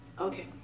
Okay